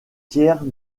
tiers